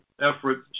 efforts